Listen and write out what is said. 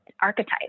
archetype